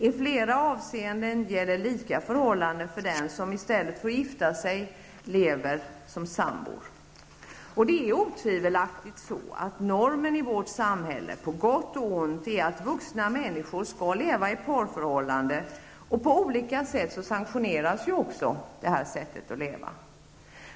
I flera avseenden gäller lika förhållanden för dem som, i stället för att gifta sig, lever som sambor. Det är otvivelaktigt så, att normen i vårt samhälle, på gott och ont, är att vuxna människor skall leva i parförhållande, och på olika sätt sanktioneras också detta sätt att leva.